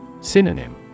Synonym